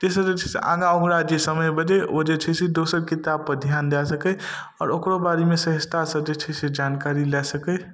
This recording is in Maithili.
तैसँ जे छै से आगाँ ओकरा जे समय बचै ओ जे छै से दोसर किताबपर ध्यान दए सकै आओर ओकरो बारेमे सहजतासँ जे छै से जानकारी लए सकै